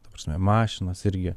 ta prasme mašinos irgi